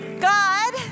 God